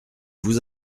vous